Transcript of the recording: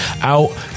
out